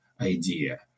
idea